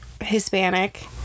Hispanic